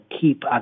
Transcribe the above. keep